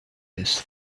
his